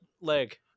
leg